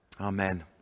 Amen